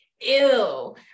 ew